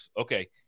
okay